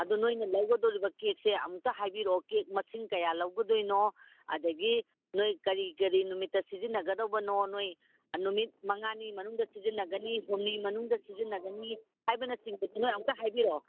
ꯑꯗꯨ ꯅꯣꯏꯅ ꯂꯧꯒꯗꯧꯔꯤꯕ ꯀꯦꯛꯁꯦ ꯑꯃꯨꯛꯇ ꯍꯥꯏꯕꯤꯔꯛꯑꯣ ꯀꯦꯛ ꯃꯁꯤꯡ ꯀꯌꯥ ꯂꯧꯒꯗꯣꯏꯅꯣ ꯑꯗꯒꯤ ꯅꯣꯏ ꯀꯔꯤ ꯀꯔꯤ ꯅꯨꯃꯤꯠꯇ ꯁꯤꯖꯤꯟꯅꯒꯗꯧꯕꯅꯣ ꯅꯣꯏ ꯅꯨꯃꯤꯠ ꯃꯉꯥꯅꯤ ꯃꯅꯨꯡꯗ ꯁꯤꯖꯤꯟꯅꯒꯅꯤ ꯍꯨꯝꯅꯤ ꯃꯅꯨꯡꯗ ꯁꯤꯖꯤꯟꯅꯒꯅꯤ ꯍꯥꯏꯕꯅꯆꯤꯡꯕꯗꯣ ꯅꯣꯏ ꯑꯝꯇ ꯍꯥꯏꯕꯤꯔꯛꯑꯣ